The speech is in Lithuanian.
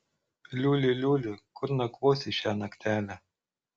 liuli liuli kur nakvosi šią naktelę